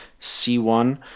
C1